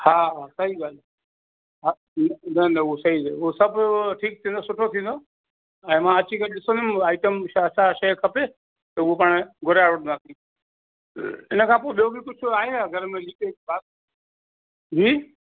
हा सही ॻाल्हि हा न न उहो सही उहो सभु ठीकु थींदो सुठो थींदो ऐं मां अची करे ॾिसंदुमि आईटम छा शइ खपे त उहो पाण घुराए वठंदासीं इन खां पोइ ॿियो बि कुझु आहे घर में लीकेज जी